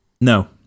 No